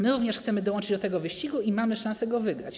My również chcemy dołączyć do tego wyścigu i mamy szansę go wygrać.